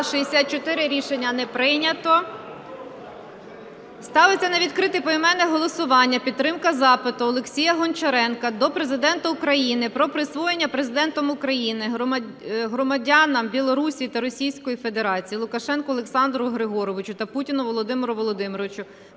За-64 Рішення не прийнято. Ставиться на відкрите поіменне голосування підтримка запиту Олексія Гончаренка до Президента України про присвоєння Президентом України громадянам Білорусі та Російської Федерації Лукашенку Олександру Григоровичу та Путіну Володимиру Володимировичу